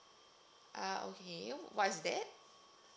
uh okay what's that